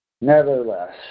Nevertheless